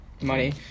money